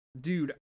Dude